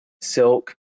Silk